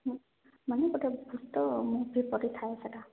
ହଁ ମାନେ ଗୋଟେ ଭୂତ ମୁଭି ପରି ଥାଏ ସେଟା